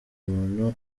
umuntu